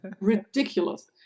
ridiculous